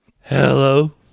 Hello